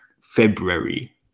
February